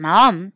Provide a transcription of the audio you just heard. Mom